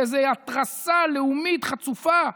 באיזה התרסה לאומית חצופה.